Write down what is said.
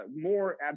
more